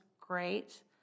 great